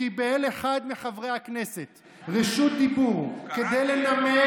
"קיבל אחד מחברי הכנסת רשות דיבור, קראתי כבר.